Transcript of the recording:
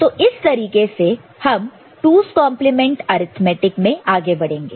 तो इस तरीके से हम 2's complement arithmetic 2's compkement arithmetic में आगे बढ़ेंगे